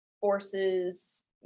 forces